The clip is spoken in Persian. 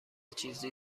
چیزی